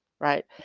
right